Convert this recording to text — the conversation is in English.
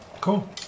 Cool